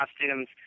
costumes